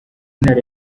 ntara